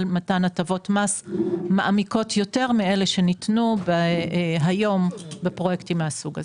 מתן הטבות מס מעמיקות יותר מאלה שניתנו היום בפרויקטים מהסוג הזה.